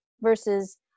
versus